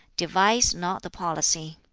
devise not the policy.